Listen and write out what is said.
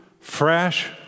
fresh